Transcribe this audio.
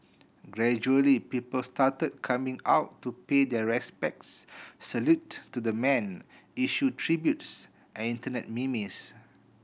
gradually people started coming out to pay their respects salute to the man issue tributes and Internet memes